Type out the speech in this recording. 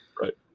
right